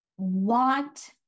want